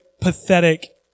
pathetic